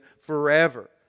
forever